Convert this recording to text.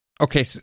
Okay